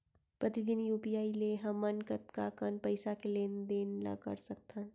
प्रतिदन यू.पी.आई ले हमन कतका कन पइसा के लेन देन ल कर सकथन?